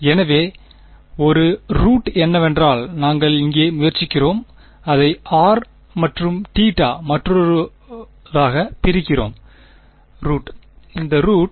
எனவே ஒரு ரூட் என்னவென்றால் நாங்கள் இங்கே முயற்சிக்கிறோம் அதை r மற்றும் θ மற்றொருதாக பிரிக்கிறோம் ரூட் இந்த ரூட்